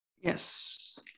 Yes